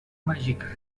màgic